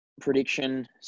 Prediction